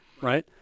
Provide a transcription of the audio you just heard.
right